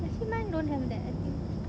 I think mine don't have that I think